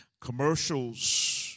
Commercials